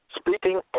speaking